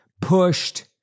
pushed